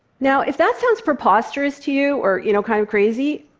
now, if that sounds preposterous to you, or, you know, kind of crazy,